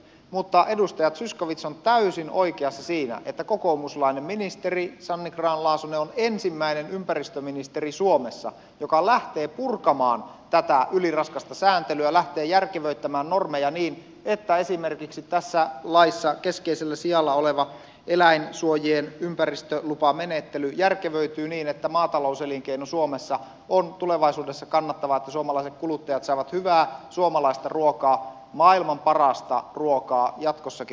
mutta edustaja zyskowicz on täysin oikeassa siinä että kokoomuslainen ministeri sanni grahn laasonen on ensimmäinen ympäristöministeri suomessa joka lähtee purkamaan tätä yliraskasta sääntelyä lähtee järkevöittämään normeja niin että esimerkiksi tässä laissa keskeisellä sijalla oleva eläinsuojien ympäristölupamenettely järkevöityy niin että maatalouselinkeino suomessa on tulevaisuudessa kannattavaa niin että suomalaiset kuluttajat saavat hyvää suomalaista ruokaa maailman parasta ruokaa jatkossakin ruokapöytiinsä